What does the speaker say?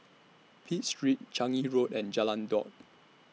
Pitt Street Changi Road and Jalan Daud